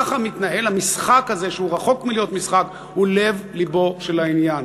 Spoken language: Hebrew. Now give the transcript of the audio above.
ככה מתנהל המשחק הזה שהוא לב לבו של העניין.